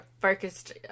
focused